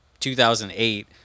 2008